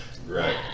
right